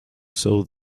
saw